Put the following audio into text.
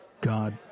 God